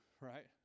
right